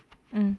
mm